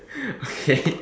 okay